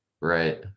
right